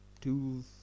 two